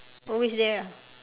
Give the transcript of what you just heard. always there ah